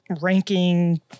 ranking